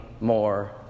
more